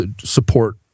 support